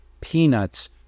Peanuts